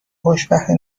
خوشبختی